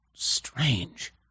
Strange